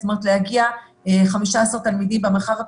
זאת אומרת ש-15 תלמידים יגיעו במרחב הפתוח,